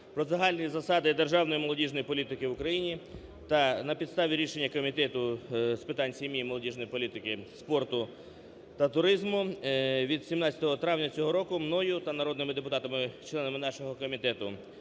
про загальні засади державної молодіжної політики в Україні та на підставі рішення Комітету з питань сім'ї, молодіжної політики спорту та туризму від 17 травня цього року, мною та народними депутатами членами нашого комітету: